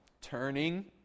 turning